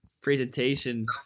presentation